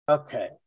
Okay